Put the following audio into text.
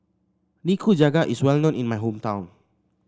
nikujaga is well known in my hometown